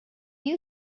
you